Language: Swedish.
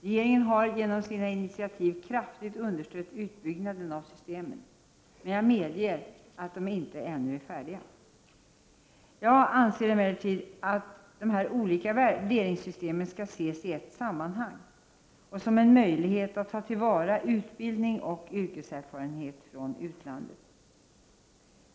Regeringen har genom sina initiativ kraftigt understött uppbyggnaden av systemen. Men jag medger att dessa ännu inte är färdiga. Jag anser emellertid att dessa olika värderingssystem skall ses i ett sammanhang som en möjlighet att ta till vara utbildning och yrkeserfarenhet från utlandet.